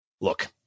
Look